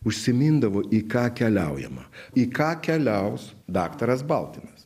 užsimindavo į ką keliaujama į ką keliaus daktaras baltinas